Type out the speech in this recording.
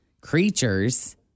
creatures